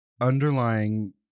underlying